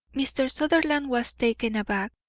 mr. sutherland was taken aback.